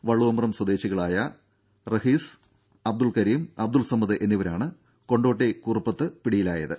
വള്ളുവമ്പ്രം സ്വദേശികളായ റഹീസ് അബ്ദുൽ കരീം അബ്ദുൽ സമദ് എന്നിവരാണ് കൊണ്ടോട്ടി കുറുപ്പത്തുവച്ച് പിടിയിലായത്